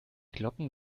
glocken